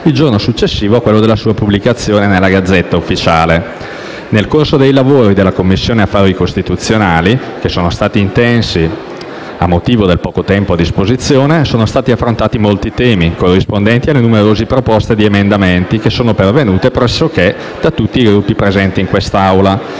il giorno successivo a quello della sua pubblicazione nella *Gazzetta Ufficiale*. Nel corso dei lavori della Commissione affari costituzionali, che sono stati intensi a motivo del poco tempo a disposizione, sono stati affrontati molti temi, corrispondenti alle numerose proposte di emendamenti pervenute pressoché da tutti i Gruppi presenti in quest'Aula.